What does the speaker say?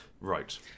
Right